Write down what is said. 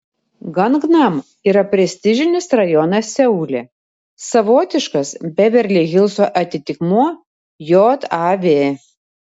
gangnam yra prestižinis rajonas seule savotiškas beverli hilso atitikmuo jav